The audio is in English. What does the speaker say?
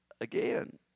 again